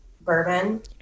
bourbon